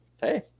Hey